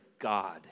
God